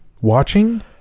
Watching